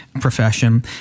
profession